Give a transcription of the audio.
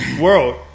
World